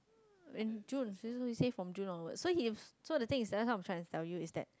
in June she only say from June onward so he so the thing that so that's why I'm trying to tell you is that